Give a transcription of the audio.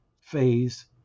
phase